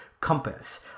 compass